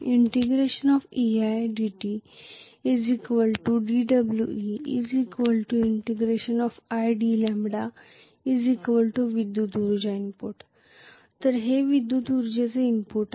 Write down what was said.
eidt dWe id विद्युत ऊर्जा input तर हे विद्युत उर्जेचे इनपुट आहे